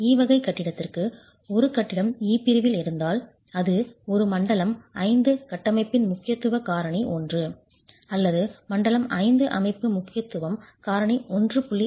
E வகை கட்டிடத்திற்கு ஒரு கட்டிடம் E பிரிவில் இருந்தால் அது ஒரு மண்டலம் 5 கட்டமைப்பின் முக்கியத்துவ காரணி 1 அல்லது மண்டலம் 5 அமைப்பு முக்கியத்துவம் காரணி 1